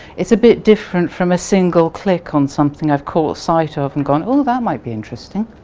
it's a bit different from a single click on something i caught sight of and gone oh that might be interesting.